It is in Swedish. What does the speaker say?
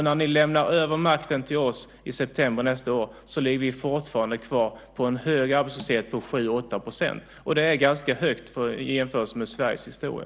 När ni lämnar över makten till oss i september nästa år kommer vi fortfarande att ligga kvar på en hög arbetslöshet på 7-8 %. Det är ganska högt i jämförelse med Sveriges historia.